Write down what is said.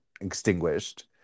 extinguished